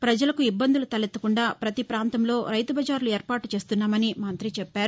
ప్రజలకు ఇబ్బందులు తలెత్తకుండా పతి పాంతంలో రైతు బజార్లు ఏర్పాటు చేస్తున్నామని మంతి చెప్పారు